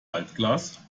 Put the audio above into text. altglas